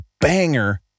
banger